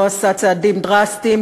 הוא לא עשה צעדים דרסטיים,